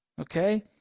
okay